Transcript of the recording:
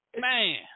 man